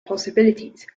possibilities